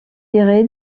tiré